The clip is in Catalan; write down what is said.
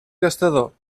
gastador